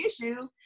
issue